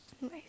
Nice